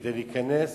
כדי להיכנס